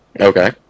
okay